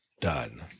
done